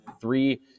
Three